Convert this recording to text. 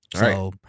right